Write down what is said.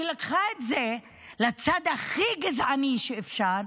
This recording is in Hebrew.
היא לקחה את זה לצד הכי גזעני שאפשר,